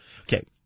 Okay